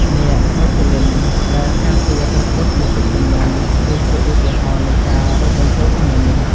នាគមុចលិន្ទ ដែលការពារព្រះពុទ្ធពីទឹកជំនន់ គឺជាឧទាហរណ៍នៃការរួមបញ្ចូលគ្នានេះ។